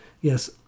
Yes